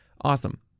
Awesome